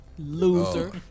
Loser